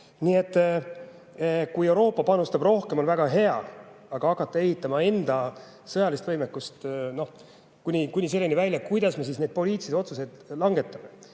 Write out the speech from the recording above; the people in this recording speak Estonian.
et kui Euroopa panustab rohkem, on väga hea, aga hakata ehitama enda sõjalist võimekust, kuni selleni välja, kuidas me siis neid poliitilisi otsuseid langetame